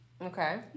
Okay